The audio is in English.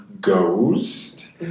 ghost